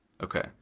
Okay